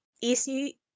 easy